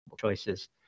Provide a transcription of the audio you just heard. choices